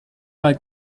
mal